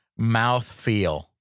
mouthfeel